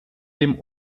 dem